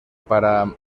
para